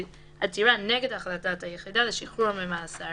עתירה נגד החלטת היחידה לשחרור ממאסר,